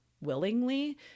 willingly